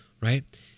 right